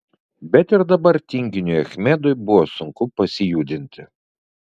bet ir dabar tinginiui achmedui buvo sunku pasijudinti